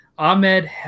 Ahmed